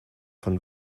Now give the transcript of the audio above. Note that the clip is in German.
von